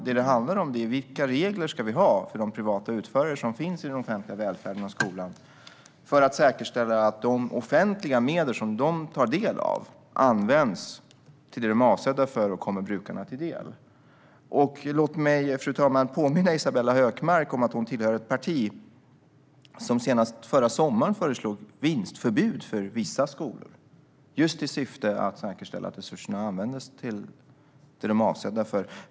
Det handlar om vilka regler som vi ska ha för de privata utförare som finns i den offentliga välfärden och i skolan för att säkerställa att de offentliga medel som de tar del av används till det som de är avsedda för och kommer brukarna till del. Fru ålderspresident! Låt mig påminna Isabella Hökmark om att hon tillhör ett parti som senast förra sommaren föreslog vinstförbud för vissa skolor, just i syfte att säkerställa att resurserna används till det som de är avsedda för.